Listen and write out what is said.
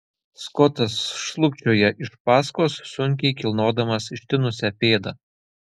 skotas šlubčioja iš paskos sunkiai kilnodamas ištinusią pėdą